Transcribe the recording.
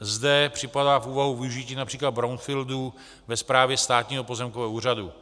Zde připadá v úvahu využití například brownfieldů ve správě Státního pozemkového úřadu.